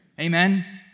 Amen